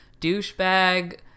douchebag